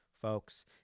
folks